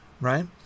right